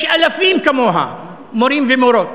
יש אלפים כמוה, מורים ומורות.